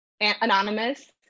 anonymous